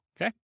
okay